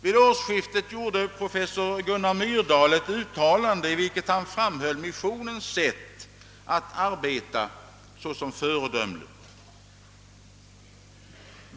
Vid årsskiftet gjorde professor Gunnar Myrdal ett uttalande, i vilket han framhöll missionens sätt att arbeta såsom föredömligt.